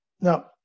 Now